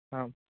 आम्